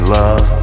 love